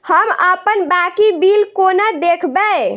हम अप्पन बाकी बिल कोना देखबै?